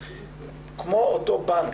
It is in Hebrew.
כמו אותו בנק,